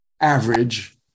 average